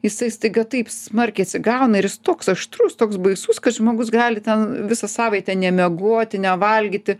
jisai staiga taip smarkiai atsigauna ir jis toks aštrus toks baisus kad žmogus gali ten visą savaitę nemiegoti nevalgyti